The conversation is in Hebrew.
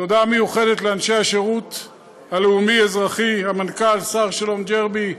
תודה מיוחדת לאנשי השירות הלאומי-אזרחי: המנכ"ל שר-שלום ג'רבי,